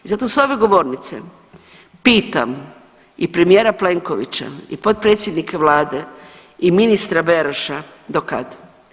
I zato sa ove govornice pitam i premijera Plenkovića i potpredsjednike Vlade i ministra Beroša do kad?